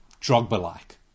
Drogba-like